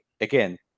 again